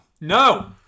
No